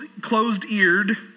closed-eared